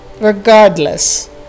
Regardless